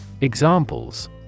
Examples